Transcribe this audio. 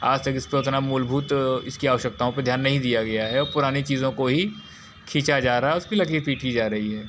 आज तक इस पर उतना मूलभूत इसकी आवश्यकताओं पर ध्यान नहीं दिया गया है और पुरानी चीज़ों को ही खींचा जा रहा है उसकी लकड़ी पीटी जा रही है